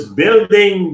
building